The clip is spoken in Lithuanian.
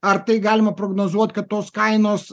ar tai galima prognozuot kad tos kainos